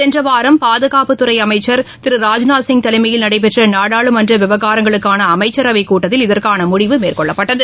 சென்ற வாரம் பாதுகாப்பு துறை அமைச்சர் திரு ராஜ்நாத்சிங் தலைமையில் நடைபெற்ற நாடாளுமன்ற விவகாரங்களுக்கான அமைச்சரவை கூட்டத்தில் இதற்கான முடிவு மேற்கொள்ளப்பட்டது